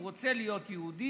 שהוא רוצה להיות יהודי.